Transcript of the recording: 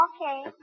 Okay